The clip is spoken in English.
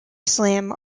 slam